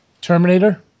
Terminator